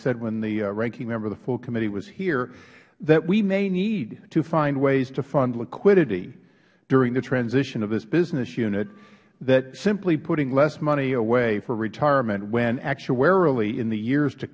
said when the ranking member of the full committee was here that we may need to find ways to fund liquidity during the transition of this business unit that simply putting less money away for retirement when actuarially in the years to